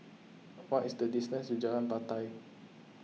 what is the distance to Jalan Batai